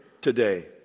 today